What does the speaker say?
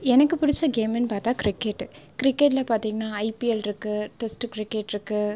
எனக்கு பிடிச்ச கேம்முன்னு பார்த்தா கிரிக்கெட்டு கிரிக்கெட்டில் பார்த்தீங்கன்னா ஐபிஎல் இருக்குது டெஸ்ட் கிரிக்கெட் இருக்குது